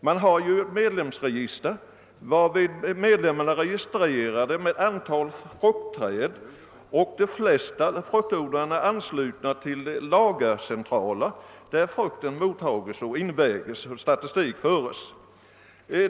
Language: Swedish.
Man har medlemsregister med uppgifter om antalet fruktträd, och de flesta fruktodlarna är anslutna till lagercentraler där frukten mottages och inväges och där statistik föres.